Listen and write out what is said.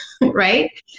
right